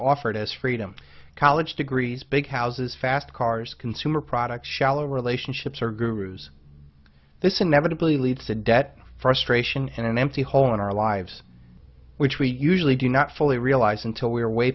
offered us freedom college degrees big houses fast cars consumer products shallow relationships or grues this inevitably leads to debt frustration and an empty hole in our lives which we usually do not fully realize until we are way